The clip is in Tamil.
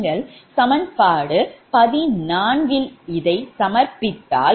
நீங்கள் சமன்பாடு 14 யில் இதை சமர்ப்பித்தால்